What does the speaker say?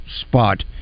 spot